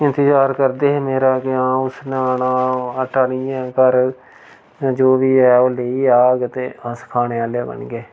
इंतजार करदे हे मेरा के हां उसनै आना आटा नेईं है घर जो बी है ओह् लेइयै औग ते अस खाने आह्ले बनगे